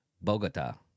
Bogota